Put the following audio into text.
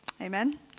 Amen